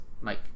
Mike